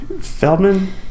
Feldman